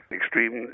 extreme